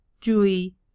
julie